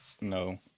no